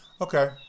Okay